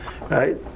Right